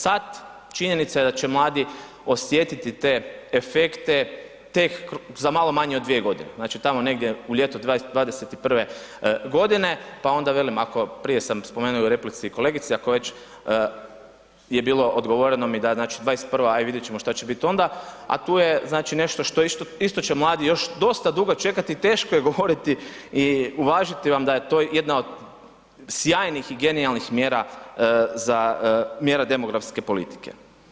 Sad činjenica je da će mladi osjetiti te efekte tek za malo manje od 2 g., znači tamo negdje u ljeto 2021. g. pa onda velim ako prije sam spomenuo i u replici kolegici, ako već je bilo odgovoreno mi da znači 2021. a i vidjet ćemo šta će biti onda a tu je znači nešto što isto će mladi još dosta dugo čekati, teško je govoriti i uvažiti vam da je to jedna od sjajnih i genijalnih mjera, mjera demografske politike.